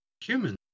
human